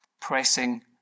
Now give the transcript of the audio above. pressing